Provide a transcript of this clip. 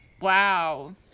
Wow